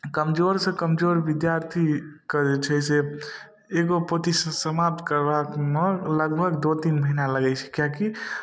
कमजोरसँ कमजोर विद्यार्थी करै छै जे एगो पोथी समाप्त करबामे लगभग दो तीन महीना लगै छै किएक कि